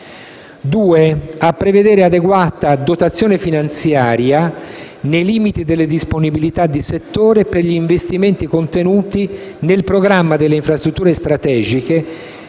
«a prevedere adeguata dotazione finanziaria, nei limiti delle disponibilità di settore, per gli investimenti contenuti nel programma delle infrastrutture strategiche